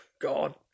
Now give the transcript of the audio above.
God